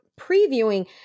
previewing